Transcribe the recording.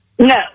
No